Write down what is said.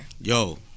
Yo